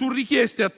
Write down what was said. a richieste